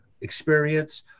experience